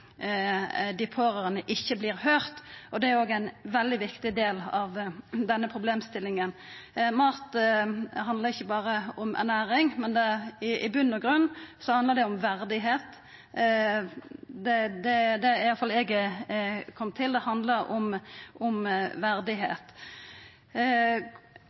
ikkje vert høyrde. Det er òg ein veldig viktig del av denne problemstillinga. Mat handlar ikkje berre om ernæring, men djupast sett handlar det om verdigheit. Det er i alle fall eg komen til: Det handlar om verdigheit. Eg ønskjer at denne interpellasjonen skal bety noko, at det